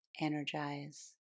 energize